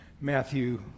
Matthew